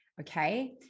okay